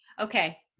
Okay